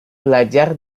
belajar